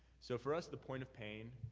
so for us, the point of pain,